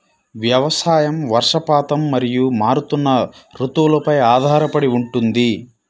వ్యవసాయం వర్షపాతం మరియు మారుతున్న రుతువులపై ఆధారపడి ఉంటుంది